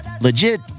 legit